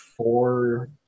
four